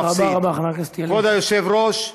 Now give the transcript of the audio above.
כבוד היושב-ראש,